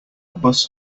bus